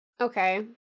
Okay